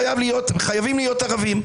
חייבים להיות ערבים.